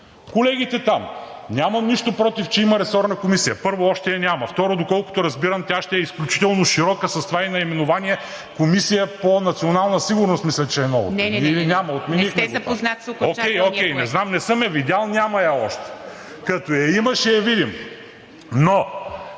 Колегите там – нямам нищо против, че има ресорна комисия. Първо, още я няма. Второ, доколкото разбирам, тя ще е изключително широка с това ѝ наименование Комисия по национална сигурност, мисля, че е новото… ПРЕДСЕДАТЕЛ ИВА МИТЕВА: Не, не. Не сте запознат с окончателния вариант. МАНОИЛ МАНЕВ: Окей, не знам. Не съм я видял, няма я още. Като я има, ще я видим. Но